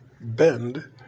bend